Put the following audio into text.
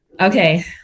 Okay